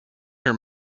her